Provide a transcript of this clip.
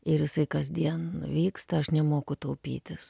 ir jisai kasdien vyksta aš nemoku taupytis